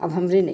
अब हमारे नहीं